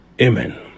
amen